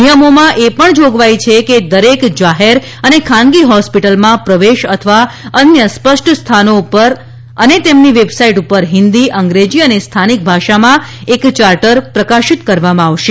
નિયમોમાં એ પણ જોગવાઈ છે કે દરેક જાહેર અને ખાનગી હોસ્પિટલમાં પ્રવેશ અથવા અન્ય સ્પષ્ટ સ્થાનો પર અને તેમની વેબસાઇટ્સ પર હિન્દી અંગ્રેજી અને સ્થાનિક ભાષામાં એક ચાર્ટર પ્રકાશિત કરવામાં આવશે